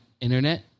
Internet